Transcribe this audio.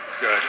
good